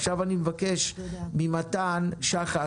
עכשיו אני מבקש לתת את רשות הדיבור למתן שחק,